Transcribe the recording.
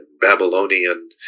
babylonian